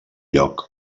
lloc